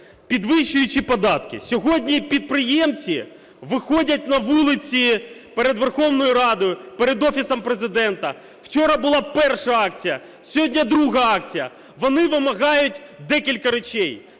підвищуючи податки. Сьогодні підприємці виходять на вулиці перед Верховною Радою, перед Офісом Президента. Вчора була перша акція, сьогодні друга акція. Вони вимагають декілька речей: